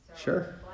Sure